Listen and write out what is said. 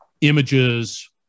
images